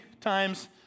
times